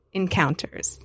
encounters